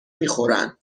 میخورن